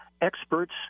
experts